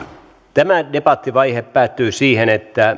tämä debattivaihe päättyy siihen että